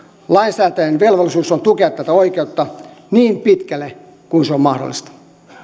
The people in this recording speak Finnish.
lainsäätäjän velvollisuus on tukea tätä oikeutta niin pitkälle kuin se on mahdollista